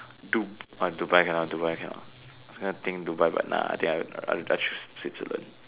Dub orh Dubai ah Dubai cannot this kind of thing Dubai but nah I think I'd I'd choose Switzerland